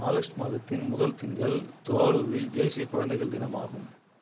August மாதத்தின் முதல் திங்கள் துவாலுவில் தேசிய குழந்தைகள் தினமாகும்